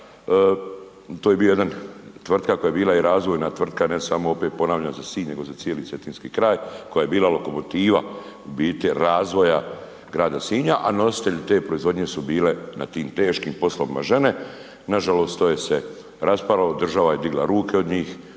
to je bio jedan tvrtka koja je bila i razvojna tvrtka ne samo opet ponavljan za Sinj, nego za cijeli Cetinski kraj koja je bila lokomotiva u biti razvoja grada Sinja, a nositelj te proizvodnje su bile na tim teškim poslovima žene. Nažalost to je se raspalo, država je digla ruke od njih,